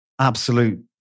absolute